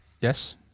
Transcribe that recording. Yes